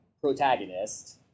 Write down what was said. protagonist